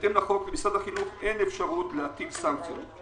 בהתאם לחוק למשרד החינוך אין אפשרות להטיל סנקציות.